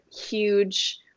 huge